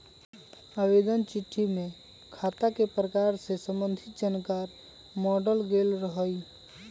आवेदन चिट्ठी में खता के प्रकार से संबंधित जानकार माङल गेल रहइ